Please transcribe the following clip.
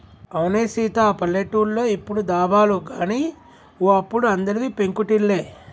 అవునే సీత పల్లెటూర్లో ఇప్పుడు దాబాలు గాని ఓ అప్పుడు అందరివి పెంకుటిల్లే